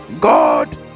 God